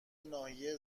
ناحیه